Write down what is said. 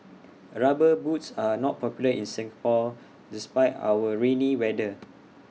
rubber boots are not popular in Singapore despite our rainy weather